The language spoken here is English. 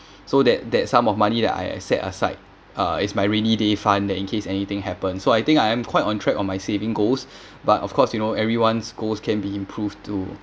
so that that sum of money that I set aside uh it's my rainy day fund that in case anything happen so I think I am quite on track on my saving goals but of course you know everyone's goals can be improved to